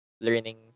learning